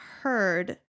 heard